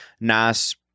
nice